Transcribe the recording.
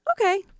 okay